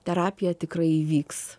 terapija tikrai įvyks